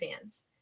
fans